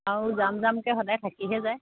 আৰু যাম যামকৈ সদায় থাকিহে যায়